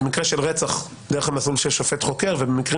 במקרה של רצח דרך המסלול של שופט חוקר ובמקרים